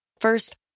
First